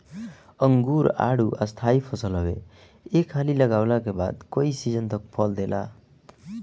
अंगूर, आडू स्थाई फसल हवे एक हाली लगवला के बाद कई सीजन तक फल देला